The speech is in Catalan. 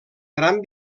gran